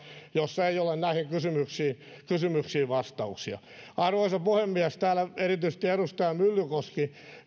jossa ei ole näihin kysymyksiin kysymyksiin vastauksia arvoisa puhemies täällä erityisesti edustaja myllykoski